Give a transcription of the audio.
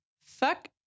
fuck